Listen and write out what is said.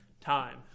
time